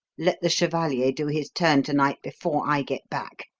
let the chevalier do his turn to-night before i get back.